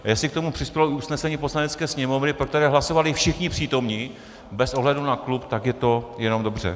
A jestli k tomu přispělo i usnesení Poslanecké sněmovny, pro které hlasovali všichni přítomní bez ohledu na klub, tak je to jenom dobře.